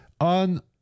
on